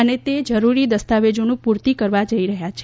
અને તે જરૂરી દસ્તાવેજોની પૂર્તિ કરવા જઈ રહ્યા છે